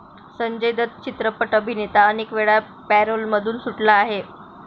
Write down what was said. संजय दत्त चित्रपट अभिनेता अनेकवेळा पॅरोलमधून सुटला आहे